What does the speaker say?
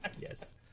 yes